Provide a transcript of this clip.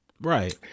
Right